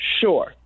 sure